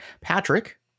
Patrick